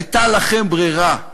הייתה לכם ברירה: